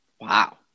Wow